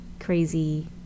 crazy